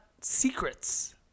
secrets